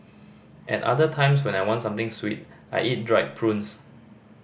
at other times when I want something sweet I eat dried prunes